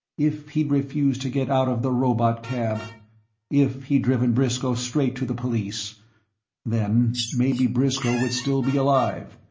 if he'd refused to get out of the robotcab if he'd driven briscoe straight to the police then maybe briscoe would still be alive.